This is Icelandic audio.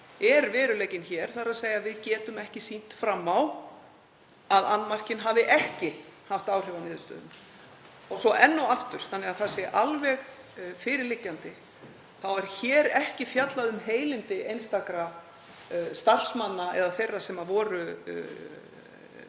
er veruleikinn hér, þ.e. að við getum ekki sýnt fram á að annmarkinn hafi ekki haft áhrif á niðurstöðuna. Og svo enn og aftur, þannig að það sé alveg fyrirliggjandi, þá er hér ekki fjallað um heilindi einstakra starfsmanna eða þeirra sem höfðu